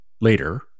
later